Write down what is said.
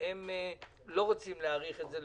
שהם לא רוצים להאריך את זה,